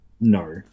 No